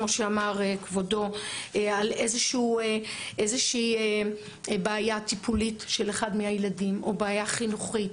כאשר יש איזו בעיה טיפולית של אחד מהילדים או בעיה חינוכית,